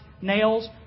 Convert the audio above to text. nails